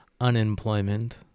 unemployment